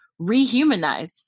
rehumanize